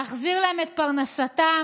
להחזיר להם את פרנסתם,